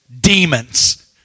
demons